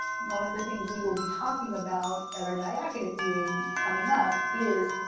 one of the things we will be talking about at our diachronic meeting coming up is,